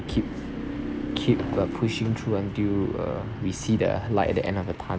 keep keep but pushing through until uh we see the light at the end of the tunnel